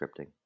scripting